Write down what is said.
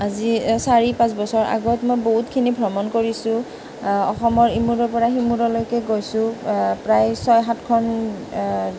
আজি চাৰি পাঁচবছৰ আগত মই বহুতখিনি ভ্ৰমণ কৰিছোঁ অসমৰ ইমোৰৰ পৰা সিমুৰৰ লৈকে গৈছোঁ প্ৰায় ছয় সাতখন